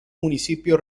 municipio